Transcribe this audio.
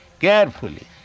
carefully